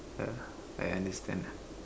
ya I understand ah